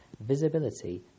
Visibility